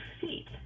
seat